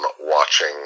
watching